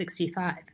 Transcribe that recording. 65